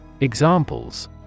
Examples